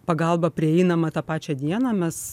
pagalba prieinama tą pačią dieną mes